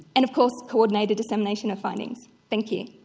and of course coordinate a dissemination of findings. thank you.